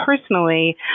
personally